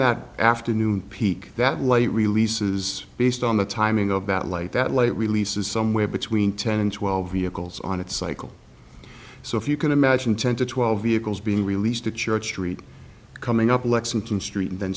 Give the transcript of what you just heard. that afternoon peak that light release is based on the timing of that light that late release is somewhere between ten and twelve vehicles on its cycle so if you can imagine ten to twelve vehicles being released to church street coming up lexington street and th